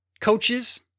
Coaches